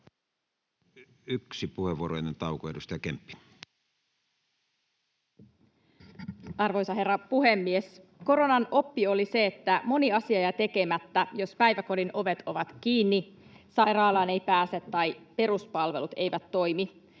Yksi puheenvuoro ennen taukoa. — Edustaja Kemppi. Arvoisa herra puhemies! Koronan oppi oli se, että moni asia jää tekemättä, jos päiväkodin ovet ovat kiinni, sairaalaan ei pääse tai peruspalvelut eivät toimi.